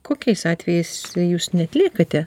kokiais atvejais jūs neatliekate